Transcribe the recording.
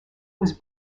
was